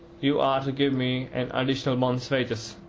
you are to give me an additional month's wages.